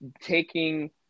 taking